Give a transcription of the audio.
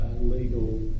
legal